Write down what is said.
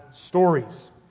stories